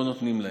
לא נותנים להן.